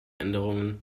änderungen